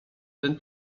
ten